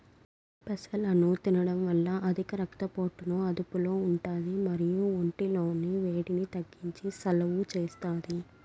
పెసలను తినడం వల్ల అధిక రక్త పోటుని అదుపులో ఉంటాది మరియు ఒంటి లోని వేడిని తగ్గించి సలువ చేస్తాది